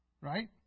Right